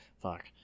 fuck